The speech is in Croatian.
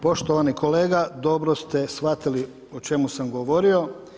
Poštovani kolega dobro ste shvatili o čemu sam govorio.